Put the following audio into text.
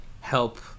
help